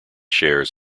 shares